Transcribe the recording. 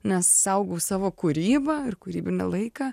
nes saugau savo kūrybą ir kūrybinį laiką